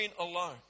alone